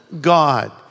God